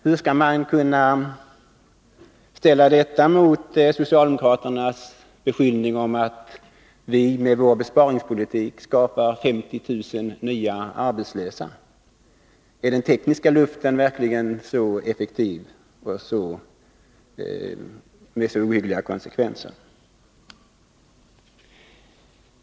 Hur skall man kunna ställa detta mot socialdemokraternas beskyllning att vi med vår sparpolitik ger upphov till 50 000 nya arbetslösa? Är den ”tekniska luften” verkligen så effektiv, med tanke på sådana ohyggliga konsekvenser?